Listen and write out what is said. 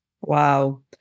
Wow